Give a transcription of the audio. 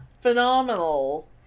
phenomenal